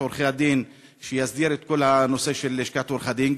עורכי-הדין שיסדיר את כל הנושא של לשכת עורכי-הדין,